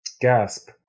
Gasp